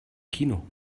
kino